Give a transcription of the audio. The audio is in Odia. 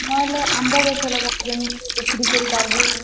ନହେଲେ ଆମ୍ବ ଗଛ ଲଗା ଯେମିତି ବିକ୍ରି କରିପାରିବୁ